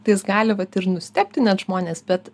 tai jis gali vat ir nustebti net žmonės bet